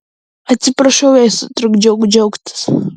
atsiprašau jei sutrukdžiau džiaugtis